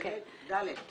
"פרק ד':